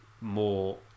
more